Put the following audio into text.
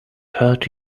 hurt